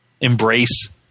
embrace